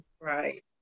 Right